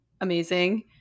Amazing